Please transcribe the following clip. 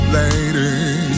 lady